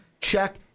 Check